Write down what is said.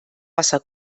wasser